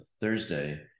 Thursday